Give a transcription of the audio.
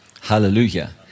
Hallelujah